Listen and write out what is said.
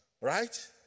right